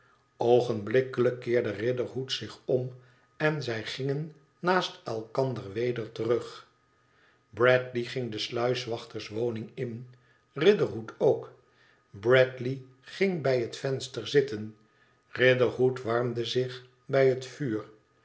oogenblikkelijk keerde riderhood zich om en zij gingen naast elkander weder terug bradley ging de sluiswachterswoning in riderhood ook bradley ging bij het venster zitten riderhood warmde zich bij het vuur